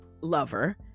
lover